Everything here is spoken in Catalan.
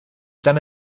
tant